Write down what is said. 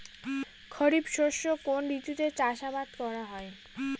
খরিফ শস্য কোন ঋতুতে চাষাবাদ করা হয়?